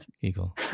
eagle